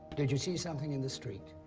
did you see something in the street?